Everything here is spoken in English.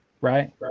Right